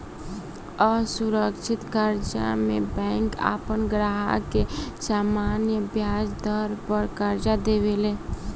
असुरक्षित कर्जा में बैंक आपन ग्राहक के सामान्य ब्याज दर पर कर्जा देवे ले